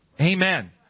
Amen